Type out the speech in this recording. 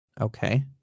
Okay